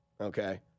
okay